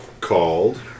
called